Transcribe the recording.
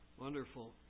Wonderful